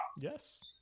Yes